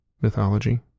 mythology